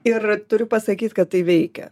ir turiu pasakyt kad tai veikia